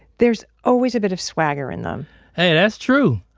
there's always a bit of swagger in them hey, that's true.